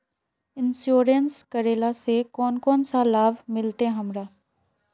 Insurance करेला से कोन कोन सा लाभ मिलते हमरा?